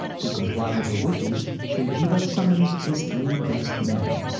to comply with her wishes, shri jiva summoned his three best men.